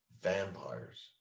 vampires